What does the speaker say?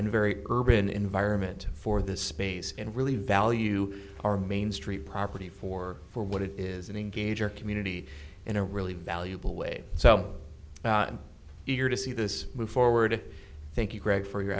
and very urban environment for this space and really value our main street property for for what it is an engager community in a really valuable way so i'm eager to see this move forward thank you greg for your